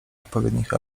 odpowiednich